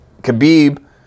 Khabib